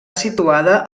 situada